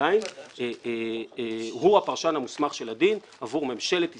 שעדיין הוא הפרשן המוסמך של הדין עבור ממשלת ישראל,